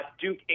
Duke